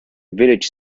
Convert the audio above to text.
village